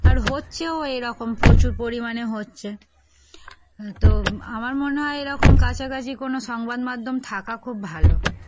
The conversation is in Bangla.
আর হচ্ছেও এরকম প্রচুর পরিমাণে হচ্ছে তো আমার মনে হয় এরকম কাছাকাছি কোনো সংবাদমধ্যম থাকা খুব ভালো